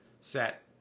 set